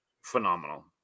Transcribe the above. phenomenal